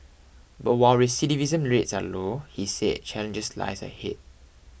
but while recidivism rates are low he said challenges lies ahead